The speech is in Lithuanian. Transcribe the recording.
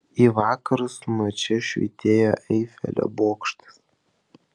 į vakarus nuo čia švytėjo eifelio bokštas